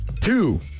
Two